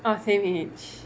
oh same age